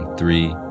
three